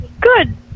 Good